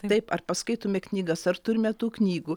taip ar paskaitome knygas ar turime tų knygų